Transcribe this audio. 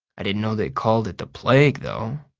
i didn't know they called it the plague, though,